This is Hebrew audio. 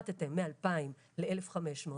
הפחתתם מ-2000 ל-1,500.